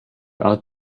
out